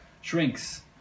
shrinks